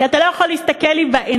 כי אתה לא יכול להסתכל לי בעיניים,